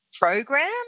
program